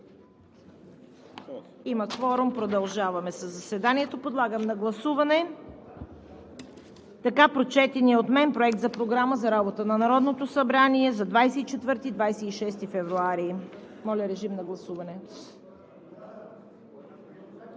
Има кворум. Продължаваме със заседанието. Подлагам на гласуване така прочетения от мен Проект за програма за работа на Народното събрание за 24 – 26 февруари. Госпожо Ангелкова?